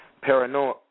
paranoia